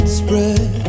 spread